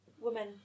woman